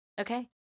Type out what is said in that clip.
Okay